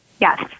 Yes